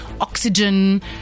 oxygen